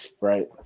Right